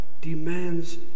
demands